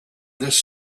this